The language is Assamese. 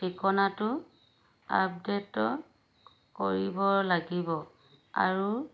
ঠিকনাটো আপডেট কৰিব লাগিব আৰু